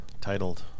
titled